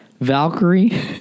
Valkyrie